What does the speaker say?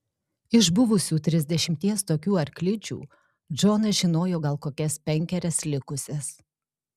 iš buvusių trisdešimties tokių arklidžių džonas žinojo gal kokias penkerias likusias